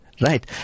right